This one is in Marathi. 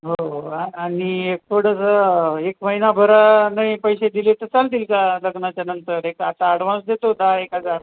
हो हो आणि एक थोडंसं एक महिनाभरा नाही पैसे दिले तर चालतील का लग्नाच्या नंतर एक आता आडव्हान्स देतो दहा एक हजार